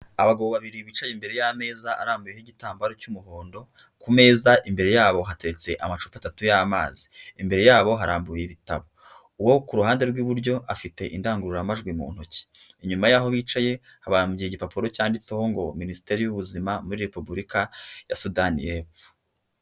Abagabo babiri bicaye imbere y'ameza arambuyeho igitambaro cy'umuhondo, ku meza imbere yabo hateretse amacupa atatu y'amazi, imbere yabo harambuye ibitabo, uwo ku ruhande rw'iburyo afite indangururamajwi mu ntoki, inyuma y'aho bicaye habambye igipapuro cyanditseho ngo minisiteri y'ubuzima muri Repubulika ya Sudani y'Epfo